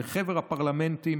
לחבר פרלמנטים,